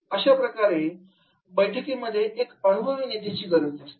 अशा प्रकारच्या बैठकांमध्ये एका अनुभवी नेत्याची गरज असते